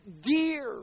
dear